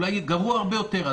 אולי גרוע הרבה יותר.